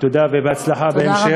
תודה ובהצלחה בהמשך.